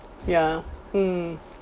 ya mm